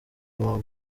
guma